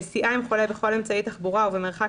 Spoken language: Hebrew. נסיעה עם חולה בכל אמצעי תחבורה ובמרחק